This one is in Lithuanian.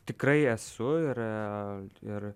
tikrai esu ir ir